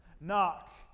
Knock